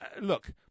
Look